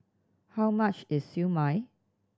how much is Siew Mai